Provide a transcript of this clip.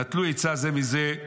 נטלו עצה זה מזה,